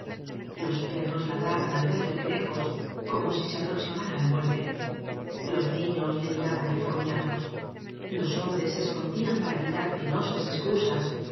f rros ladraban al verle de lejos como si se aproximara la muer te los niños le miraban enfurruñados los hombres se escondían para evitar penosas